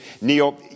Neil